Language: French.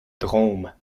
drôme